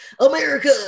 America